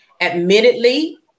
Admittedly